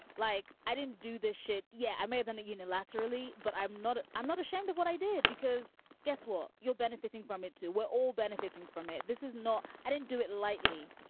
like i didn't do this shit. yeah, i may have done it unilaterally, but i'm not i'm not ashamed of what i did because guess what? you're benefiting from it, too. we're all benefiting from it. this is not. i didn't do it lightly.